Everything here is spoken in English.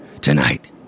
Tonight